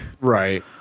Right